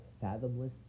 fathomless